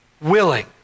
willing